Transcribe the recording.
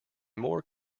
more